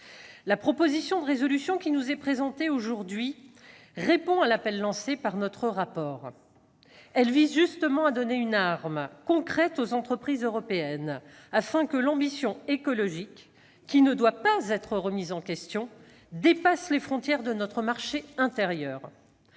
La proposition de résolution qui nous est présentée aujourd'hui répond à l'appel lancé par ce rapport d'information. Elle vise justement à « donner une arme » concrète aux entreprises européennes, afin que l'ambition écologique, qui ne doit pas être remise en question, dépasse les frontières de notre marché intérieur.